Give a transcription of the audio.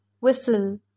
whistle